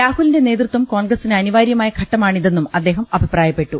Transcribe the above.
രാഹുലിന്റെ നേതൃത്വം കോൺഗ്രസിന് അനിവാര്യ മായ ഘട്ടമാണിതെന്നും അദ്ദേഹം അഭിപ്രായപ്പെട്ടു